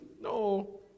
No